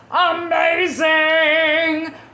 amazing